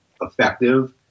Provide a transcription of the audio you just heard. effective